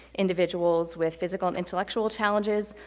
individuals with physical and intellectual challenges.